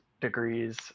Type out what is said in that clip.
degrees